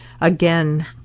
Again